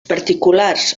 particulars